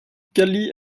galley